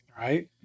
right